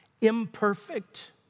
imperfect